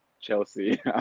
Chelsea